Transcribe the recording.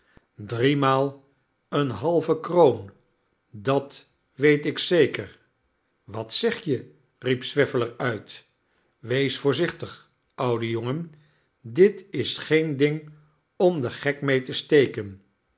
driemaal eene halve kroon dat weet ik zeker wat zeg je riep swiveller uit wees voorzichtig oude jongen dit is geen ding om den gek mee te steken